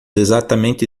exatamente